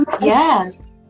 Yes